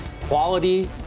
Quality